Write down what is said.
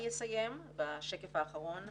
אני אסיים בשקף האחרון.